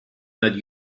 not